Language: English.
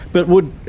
but would,